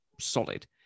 solid